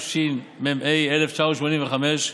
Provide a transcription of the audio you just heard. התשמ"ה 1985,